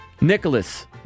Nicholas